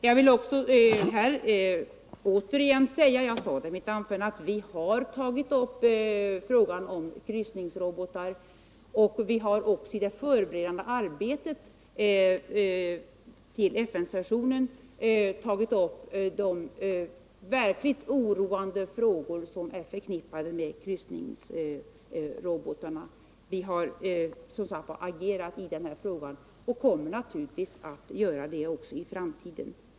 Jag vill också återigen säga — jag sade det i mitt huvudanförande — att vi har tagit upp frågan om kryssningsrobotarna. och vi har även i det förberedande arbetet till FN-sessionen täckt in de verkligt oroande frågor som är förknippade med kryssningsrobotarna. Vi har som sagt agerat i den här frågan och kommer naturligtvis att göra det också i framtiden.